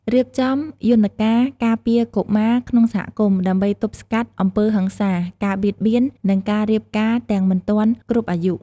រៀបចំយន្តការការពារកុមារក្នុងសហគមន៍ ដើម្បីទប់ស្កាត់អំពើហិង្សា ការបៀតបៀន និងការរៀបការទាំងមិនទាន់គ្រប់អាយុ។